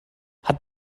hat